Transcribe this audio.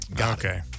Okay